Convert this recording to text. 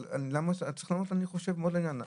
צריך לענות אני חושב מאוד לעניין.